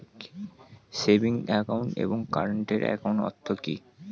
Savings account এবং current একাউন্টের অর্থ কি?